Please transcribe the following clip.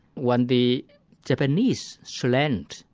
when the japanese surrendered,